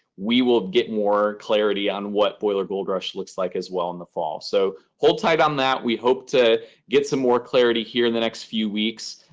we will get more clarity on what boiler gold rush looks like as well in the fall. so hold tight on that. we hope to get some more clarity here in the next few weeks.